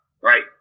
right